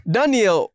Daniel